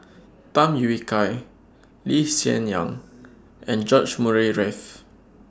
Tham Yui Kai Lee Hsien Yang and George Murray Reith